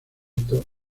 esto